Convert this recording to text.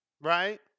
right